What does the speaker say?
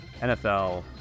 NFL